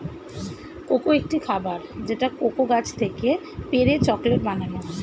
cocoa একটি খাবার যেটা কোকো গাছ থেকে পেড়ে চকলেট বানানো হয়